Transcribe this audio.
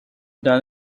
done